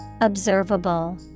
observable